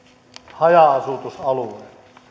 haja asutusalueelle